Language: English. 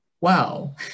Wow